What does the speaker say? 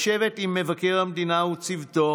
לשבת עם מבקר המדינה וצוותו,